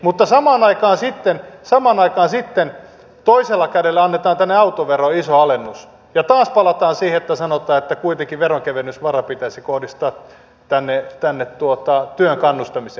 mutta samaan aikaan sitten toisella kädellä annetaan tänne autoveroon iso alennus ja taas palataan siihen että sanotaan että kuitenkin veronkevennysvara pitäisi kohdistaa tänne työn kannustamiseen